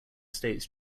states